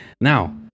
now